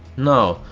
now,